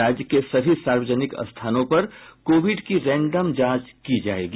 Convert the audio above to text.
राज्य के सभी सार्वजनिक स्थानों पर कोविड की रैंडम जांच की जायेगी